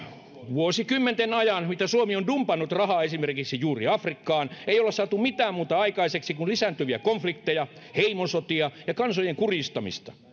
vuosikymmenten aikana mitä suomi on dumpannut rahaa esimerkiksi juuri afrikkaan ei olla saatu mitään muuta aikaiseksi kuin lisääntyviä konflikteja heimosotia ja kansojen kurjistamista